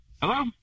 Hello